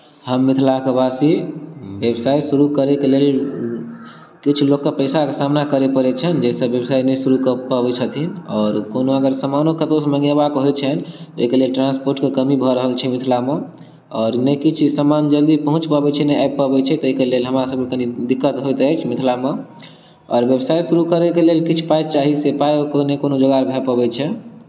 हम मिथिलाके वासी व्यवसाय शुरू करैके लेल किछु लोकके पैसाके सामना करय पड़ैत छनि जाहिसँ व्यवसाय नहि शुरू कऽ पबैत छथिन आओर कोनो अगर सामानो कतहुसँ मंगेबाके होइत छनि ताहिके लेल ट्रांसपोर्टके कमी भऽ रहल छै मिथिलामे आओर नहि किछु ई सामान जल्दी पहुँचि पबैत छै आओर नहि आबि पबैत छै ताहिके लेल हमरासभके कनी दिक्कत होइत अछि मिथिलामे आओर व्यवसाय शुरू करैके लेल किछु पाइ चाही से पाइके नहि कोनो जोगाड़ भय पाबैत छै